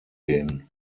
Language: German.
gehen